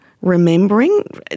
remembering